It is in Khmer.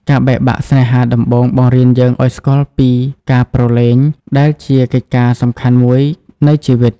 ការបែកបាក់ស្នេហាដំបូងបង្រៀនយើងឱ្យស្គាល់ពី "ការព្រលែង"ដែលជាកិច្ចការសំខាន់មួយនៃជីវិត។